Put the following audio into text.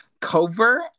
cover